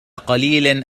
قليل